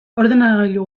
ordenagailu